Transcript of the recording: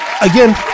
Again